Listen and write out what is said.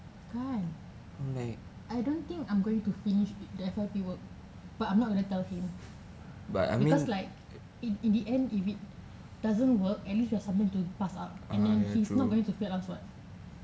kan I don't think I'm going to finish it the F_Y_P work but I'm not gonna tell him because like it in the end if it doesn't work at least I got something to pass out and then he's not going to fail us [what]